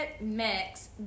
mix